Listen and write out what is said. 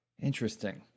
interesting